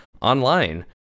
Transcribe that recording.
online